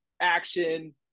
action